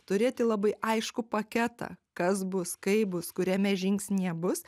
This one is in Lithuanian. turėti labai aiškų paketą kas bus kaip bus kuriame žingsnyje bus